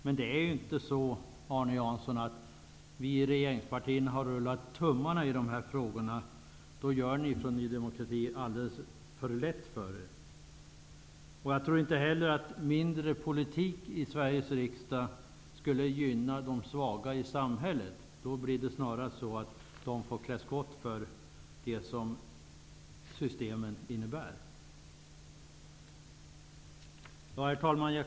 Men det är inte så, Arne Jansson, att vi i regeringspartierna har rullat tummarna när det gäller de här frågorna. Ny demokrati gör det alldeles för lätt för sig när man säger det. Jag tror inte heller att mindre politik i Sveriges riksdag skulle gynna de svaga i samhället. Det skulle snarast bli så att de får klä skott för det som systemen innebär. Herr talman!